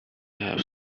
have